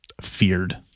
feared